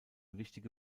wichtige